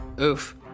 Oof